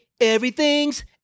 everything's